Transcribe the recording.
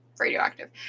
radioactive